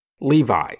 Levi